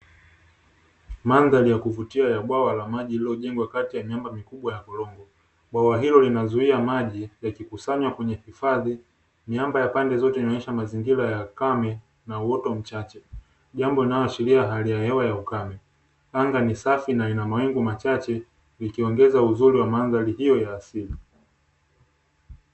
Mandhari ya kuvutia ya bwawa la maji lililojengwa kati ya miamba mikubwa ya korongo, bwawa hilo linazuia maji yakikusanywa kwenye hifadhi, miamba ya pande zote huonyesha mazingira ya ukame na uoto mchache, jambo linaloashiria hali ya ukame. Anga ni safi, na linamawingu machache, likiongeza uzuri wa mandhari hiyo ya asili.